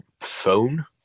phone